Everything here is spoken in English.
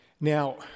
Now